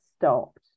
stopped